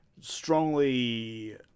strongly